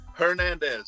Hernandez